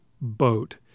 boat